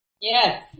Yes